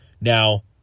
Now